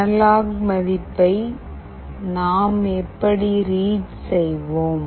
analogue மதிப்பை நாம் எப்படி ரீட் செய்வோம்